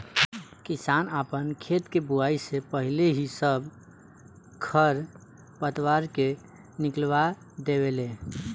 किसान आपन खेत के बोआइ से पाहिले ही सब खर पतवार के निकलवा देवे ले